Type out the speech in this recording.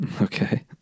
Okay